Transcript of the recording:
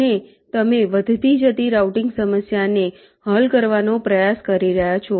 અને તમે વધતી જતી રાઉટીંગ સમસ્યાને હલ કરવાનો પ્રયાસ કરી રહ્યાં છો